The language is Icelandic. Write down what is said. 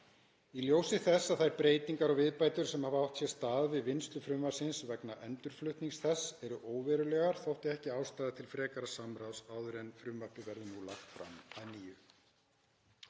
Í ljósi þess að þær breytingar og viðbætur sem hafa átt sér stað við vinnslu frumvarpsins vegna endurflutnings þess eru óverulegar þótti ekki ástæða til frekara samráðs áður en frumvarpið verður nú lagt fram að nýju.